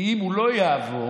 אם הוא לא יעבור,